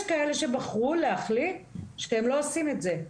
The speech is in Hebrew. יש כאלה שבחרו להחליט שהם לא עושים את זה,